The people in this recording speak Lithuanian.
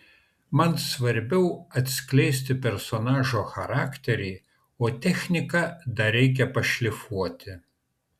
man svarbiau atskleisti personažo charakterį o techniką dar reikia pašlifuoti